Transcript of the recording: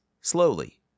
slowly